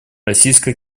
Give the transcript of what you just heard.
российско